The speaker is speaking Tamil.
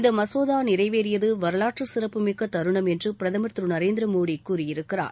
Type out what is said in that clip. இந்த மசோதா நிறைவேறியது வரலாற்று சிறப்புமிக்க தருணம் என்று பிரதமர் திரு நரேந்திர மோடி கூறியிருக்கிறார்